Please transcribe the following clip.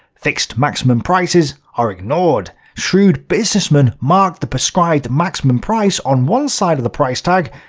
fixed maximum prices are ignored shrewd businessmen mark the prescribed maximum price on one side of the price tag,